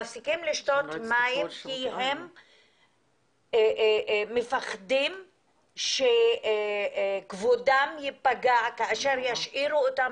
הם מפסיקים לשתות מים כי הם מפחדים שכבודם ייפגע כאשר ישאירו אותם